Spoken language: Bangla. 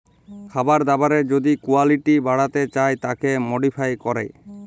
খাবার দাবারের যদি কুয়ালিটি বাড়াতে চায় তাকে মডিফাই ক্যরে